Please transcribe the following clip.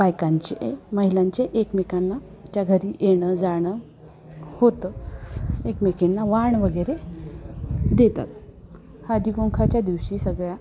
बायकांचे महिलांचे एकमेकांना च्या घरी येणं जाणं होतं एकमेकींना वाण वगैरे देतात हळदी कुंकाच्या दिवशी सगळ्या